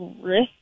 risk